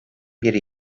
biri